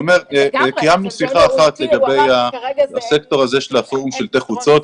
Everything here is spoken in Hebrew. קיימנו שיחה אחת לגבי הסקטור הזה של פורום שלטי חוצות.